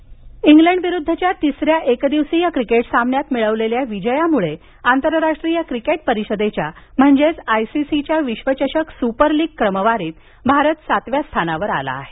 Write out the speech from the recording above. ICC क्रमांक इंग्लंडविरुद्धच्या तिसऱ्या एकदिवसीय क्रिकेट सामन्यात मिळवलेल्या विजयामुळं आंतरराष्ट्रीय क्रिकेट परिषदेच्या म्हणजेच आयसीसीच्या विश्वचषक सुपर लीग क्रमवारीत भारत सातव्या स्थानावर आला आहे